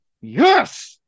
yes